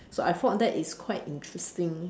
so I thought that is quite interesting